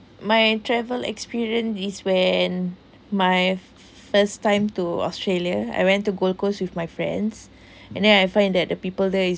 my travel experience is when my first time to australia I went to gold coast with my friends and then I find that the people there